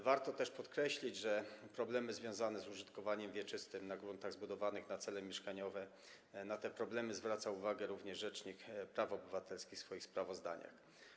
Warto też podkreślić, że na problemy związane z użytkowaniem wieczystym gruntów zbudowanych na cele mieszkaniowe zwracał uwagę również rzecznik praw obywatelskich w swoich sprawozdaniach.